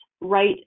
right